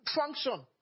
function